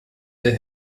der